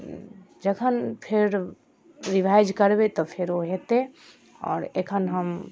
जखन फेर रिवाइज करबै तऽ फेरो हेतै आओर एखन हम